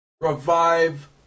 revive